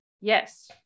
Yes